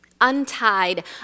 untied